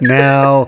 now